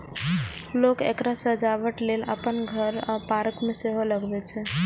लोक एकरा सजावटक लेल अपन घर आ पार्क मे सेहो लगबै छै